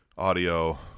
audio